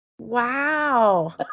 Wow